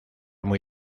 muy